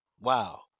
Wow